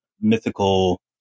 mythical